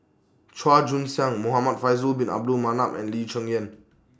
Chua Joon Siang Muhamad Faisal Bin Abdul Manap and Lee Cheng Yan